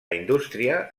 indústria